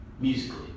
musically